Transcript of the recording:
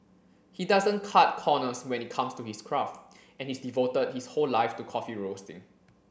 he doesn't cut corners when it comes to his craft and he's devoted his whole life to coffee roasting